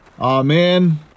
amen